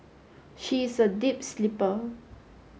she is a deep sleeper